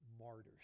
martyrs